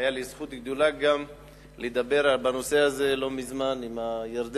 היתה לי זכות גדולה לדבר בנושא הזה לא מזמן עם הירדנים,